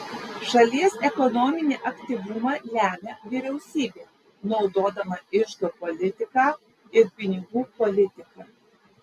šalies ekonominį aktyvumą lemia vyriausybė naudodama iždo politiką ir pinigų politiką